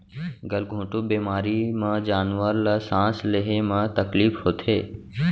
गल घोंटू बेमारी म जानवर ल सांस लेहे म तकलीफ होथे